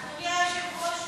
אדוני היושב-ראש,